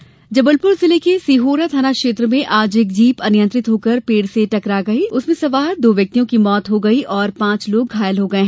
हादसा जबलपुर जिले के सिहोरा थाना क्षेत्र में आज एक जीप अनियंत्रित होकर पेड़ से टकरा गयी जिससे उसमें सवार दो व्यक्तियों की मौत हो गयी और पांच अन्य घायल हो गये